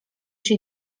się